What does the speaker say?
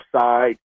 side